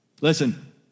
Listen